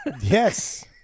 Yes